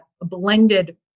blended